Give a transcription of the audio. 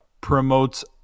promotes